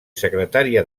secretària